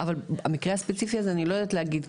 אבל על המקרה הספציפי הזה אני לא יודעת להגיד,